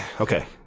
Okay